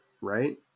right